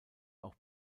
auch